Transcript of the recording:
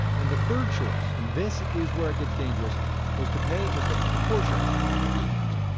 and the third choice and this is where it gets dangerous was to pay just a portion of the interest.